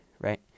right